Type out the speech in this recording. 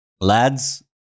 lads